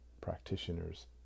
practitioners